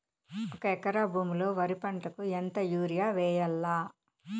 ఒక ఎకరా భూమిలో వరి పంటకు ఎంత యూరియ వేయల్లా?